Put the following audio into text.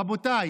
רבותיי,